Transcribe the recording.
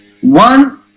one